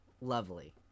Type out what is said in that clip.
lovely